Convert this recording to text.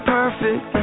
perfect